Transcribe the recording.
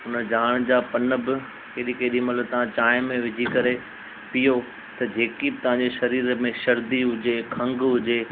उन जाण जा पन्न बि केॾी केॾी महिल तव्हां चाहिं में विझी करे पीओ त जेकी बि तव्हांजे शरीर में शर्दी हुजे खंग हुजे